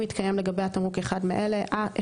אם מתקיים לגבי התמרוק אחד מאלה: (1)